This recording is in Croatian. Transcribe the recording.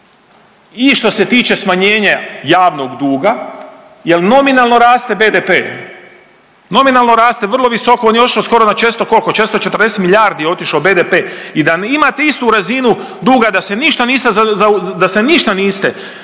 i što se tiče smanjenja javnog duga jer nominalno raste BDP, nominalno raste vrlo visoko. On je otišao skoro na 400, koliko? 440 milijardi je otišao BDP i da imate istu razinu duga da se ništa niste